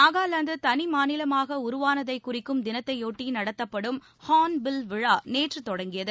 நாகலாந்து தனிமாநிலமாக உருவானதை குறிக்கும் தினத்தை ஒட்டி நடத்தப்படும் ஹார்ன்பில் விழா நேற்று தொடங்கியது